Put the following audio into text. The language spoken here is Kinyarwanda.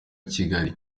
kigali